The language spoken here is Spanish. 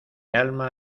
alma